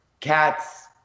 cats